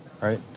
right